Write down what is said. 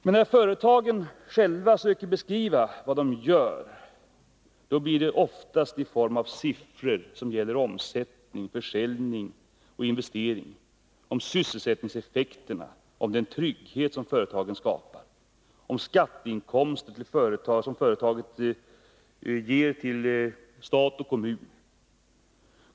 Men när företagen själva söker beskriva vad de gör handlar det oftast om siffror som gäller omsättning, försäljning och investeringar, om sysselsättningseffekterna, om den trygghet som företagen skapar, om skatteinkomster som företaget ger åt stat och kommun.